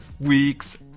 week's